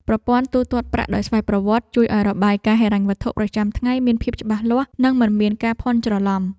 ប្រព័ន្ធទូទាត់ប្រាក់ដោយស្វ័យប្រវត្តិជួយឱ្យរបាយការណ៍ហិរញ្ញវត្ថុប្រចាំថ្ងៃមានភាពច្បាស់លាស់ និងមិនមានការភាន់ច្រឡំ។